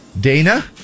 Dana